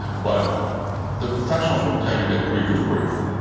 but the professionals will tell you that grief is grief.